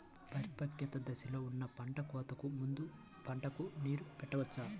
పరిపక్వత దశలో ఉన్న పంట కోతకు ముందు పంటకు నీరు పెట్టవచ్చా?